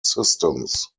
systems